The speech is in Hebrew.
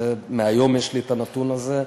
מהיום יש לי הנתון הזה,